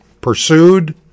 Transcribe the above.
Pursued